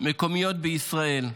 מקומיות בישראל,